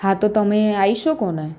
હા તો તમે આવી શકો ને